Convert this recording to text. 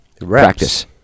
Practice